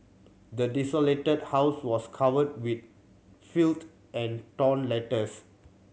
the desolated house was covered with filth and torn letters